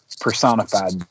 personified